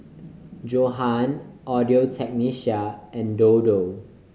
Johan Audio Technica and Dodo